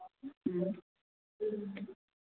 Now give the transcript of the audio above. ꯎꯝ